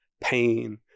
pain